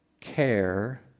care